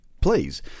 please